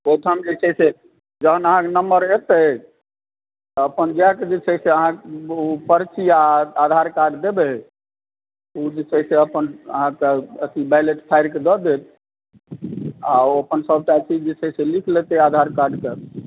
ओहिठाम जे छै से जहन अहाँके नम्बर एतै तऽ अपन जाकऽ जे छै से अहाँ ओ पर्ची आ आधारकार्ड देबै ओ जे छै से अपन अहाँके अथी वैलेट फाड़िकऽ दऽ देत आ ओ अपन सभटा चीज जे छै से लिख लेतै आधारकार्डके